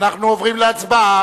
אנחנו עוברים להצבעה.